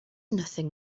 nothing